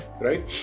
right